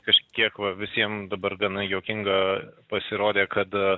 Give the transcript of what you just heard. kažkiek va visiem dabar gana juokinga pasirodė kad